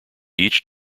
each